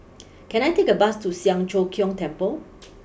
can I take a bus to Siang Cho Keong Temple